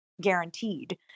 guaranteed